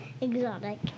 Exotic